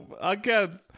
Again